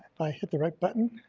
i hit the right button?